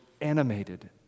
animated